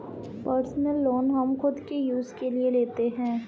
personal loan हम खुद के यूज के लिए लेते है